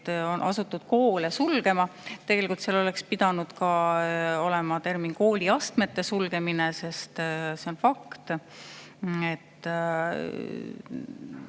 on asutud koole sulgema, tegelikult seal oleks pidanud kirjas olema ka "kooliastmete sulgemine". Sest see on fakt,